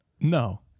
No